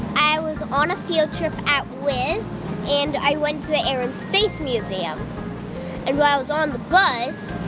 i was on a field trip at wis. and i went to the air and space museum. and while i was on the bus,